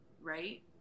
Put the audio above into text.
right